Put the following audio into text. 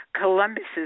Columbus's